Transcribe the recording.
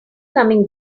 coming